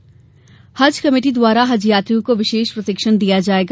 हज कमेटी हज कमेटी द्वारा हज यात्रियों को विशेष प्रशिक्षण दिया जायेगा